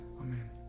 Amen